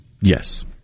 yes